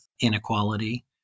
inequality